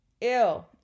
ew